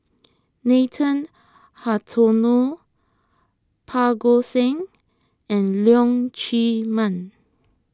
Nathan Hartono Parga Singh and Leong Chee Mun